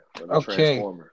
Okay